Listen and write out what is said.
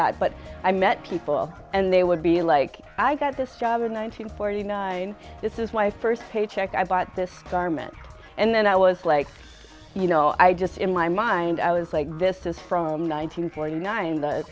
that but i met people and they would be like i got this job or nine hundred forty nine this is my first paycheck i bought this garment and then i was like you know i just in my mind i was like this is from nine hundred forty nine the